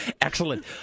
Excellent